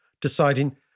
deciding